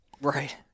Right